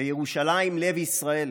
"ירושלים, לב ישראל